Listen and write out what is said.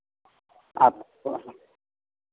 आप कौन